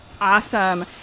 Awesome